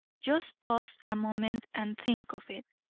just pause a moment and think of it.